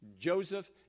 Joseph